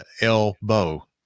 Elbow